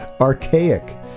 archaic